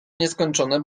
nieskończone